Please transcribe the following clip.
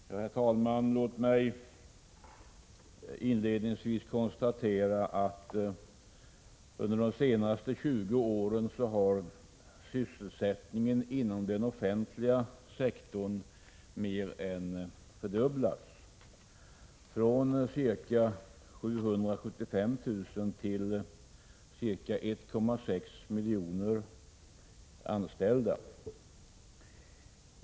Herr talman! Låt mig inledningsvis konstatera att sysselsättningen inom den offentliga sektorn under de senaste 20 åren mer än fördubblats, från ca 775 000 till ca 1,6 miljoner anställda.